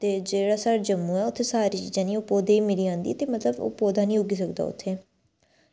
ते जेह्ड़ा साढ़ा जम्मू ऐ ते उत्थें ओह् सारी पौधें ई मिली जंदी ते ओह् मतलब पौधा निं उग्गी सकदा उत्थें